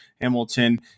Hamilton